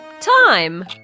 time